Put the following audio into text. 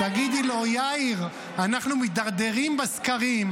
-- תגידי לו: יאיר, אנחנו מידרדרים בסקרים.